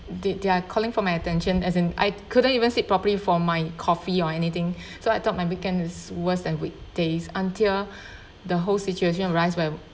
they they are calling for my attention as in I couldn't even sit properly for my coffee or anything so I thought my weekend is worse than weekdays until the whole situation rise when